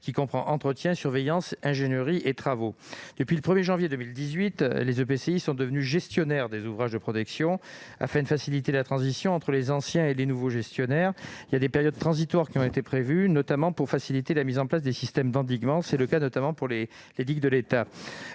c'est-à-dire l'entretien, la surveillance, l'ingénierie et les travaux. Depuis le 1 janvier 2018, les EPCI sont devenus gestionnaires des ouvrages de protection. Afin de préparer la transition entre les anciens et les nouveaux gestionnaires, des périodes transitoires ont été prévues, notamment pour faciliter la mise en place des systèmes d'endiguement. C'est le cas notamment pour les digues de l'État.